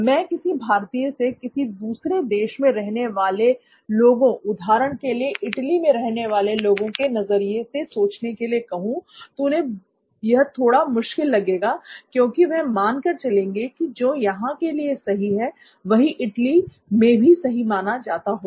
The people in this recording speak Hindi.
मैं किसी भारतीय से किसी दूसरे देश में रहने वाले लोगों उदाहरण के लिए इटली में रहने वाले लोगों के नजरिए से सोचने के लिए कहूं तो उन्हें यह थोड़ा मुश्किल लगेगा क्योंकि वह मान कर चलेंगे जो यहां के लिए सही है वही इटली में भी सही माना जाता होगा